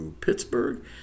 Pittsburgh